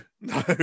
No